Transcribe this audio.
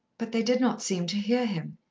but they did not seem to hear him.